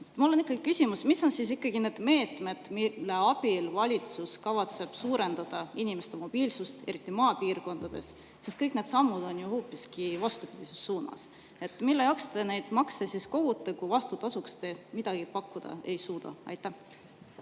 Mul on küsimus, mis on ikkagi need meetmed, mille abil valitsus kavatseb suurendada inimeste mobiilsust, eriti maapiirkondades. Kõik need sammud on hoopiski vastupidises suunas. Mille jaoks te neid makse kogute, kui vastutasuks te midagi pakkuda ei suuda? Aitäh!